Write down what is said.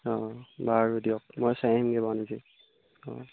অঁ বাৰু দিয়ক মই চাই আহিমগৈ বাৰু নিজে অঁ